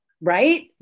Right